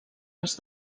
els